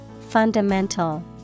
fundamental